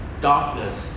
Darkness